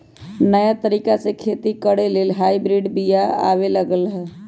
नयाँ तरिका से खेती करे लेल हाइब्रिड बिया आबे लागल